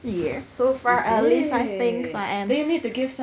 yes so far at least I think I am s~